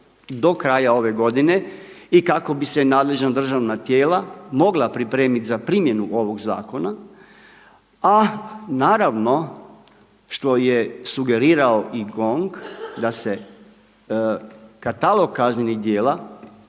do kraja ove godine i kako bi se nadležna državna tijela mogla pripremiti za primjenu ovog zakona, a naravno što je sugerirao i GONG, da se Katalog kaznenih djela